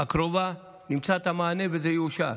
הקרובה נמצא את המענה וזה יאושר.